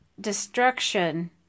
destruction